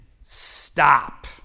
Stop